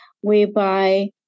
whereby